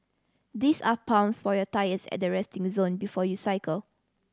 this are pumps for your tyres at the resting zone before you cycle